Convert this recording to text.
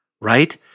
Right